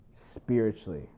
spiritually